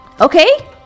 okay